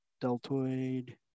deltoid